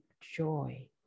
joy